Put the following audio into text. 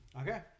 Okay